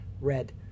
red